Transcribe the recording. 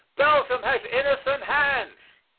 belgium has innocent hands.